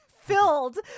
filled